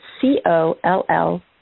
C-O-L-L